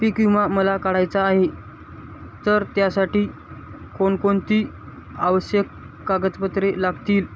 पीक विमा मला काढायचा आहे तर त्यासाठी कोणकोणती आवश्यक कागदपत्रे लागतील